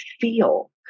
feel